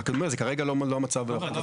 אני אומר שכרגע זה לא המצב הנוכחי.